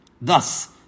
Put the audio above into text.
Thus